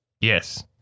yes